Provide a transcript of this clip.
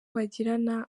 bagirana